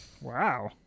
Wow